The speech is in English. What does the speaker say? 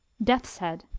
death's head.